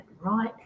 right